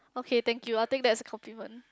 okay thank you I'll take that as a compliment